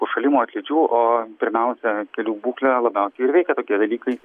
užšalimo atlydžių o pirmiausia kelių būklę labiausiai ir veikia tokie dalykai